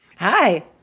Hi